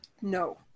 no